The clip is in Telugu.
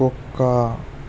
కుక్క